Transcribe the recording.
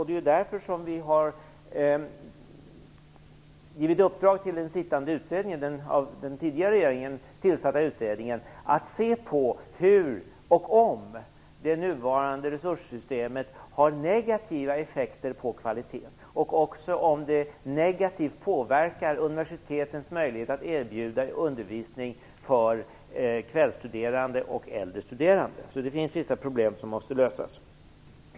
Det är därför vi har givit uppdrag till den av den tidigare regeringen tillsatta utredningen att se på hur och om det nuvarande resurssystemet har negativa effekter på kvaliteten, och om det negativt påverkar universitetens möjlighet att erbjuda undervisning åt kvällsstuderande och äldre studerande. Det finns alltså vissa problem som måste lösas.